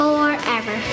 Forever